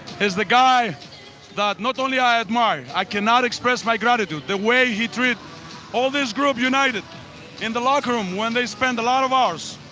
he's a guy that not only i admire, i cannot express my gratitude. the way he treats all this group united in the locker room, when they spend a lot of hours.